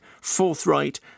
forthright